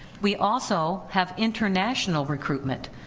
we also have international recruitment,